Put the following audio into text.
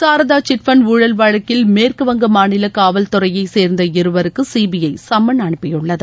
Saradha chit fund ஊழல் வழக்கில் மேற்குவங்க மாநில காவல்துறையை சேர்ந்த இருவருக்கு சிபிற சம்மன் அனுப்பியுள்ளது